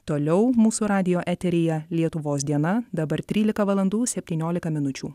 toliau mūsų radijo eteryje lietuvos diena dabar trylika valandų septyniolika minučių